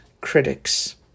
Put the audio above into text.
critics